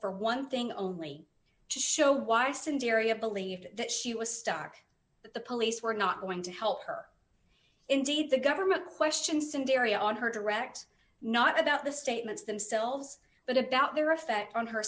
for one thing only to show why cindy area believed that she was stuck that the police were not going to help her indeed the government question scenario on her direct not about the statements themselves but about their effect on her